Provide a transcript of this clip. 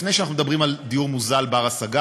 לפני שאנחנו מדברים על דיור מוזל בר-השגה,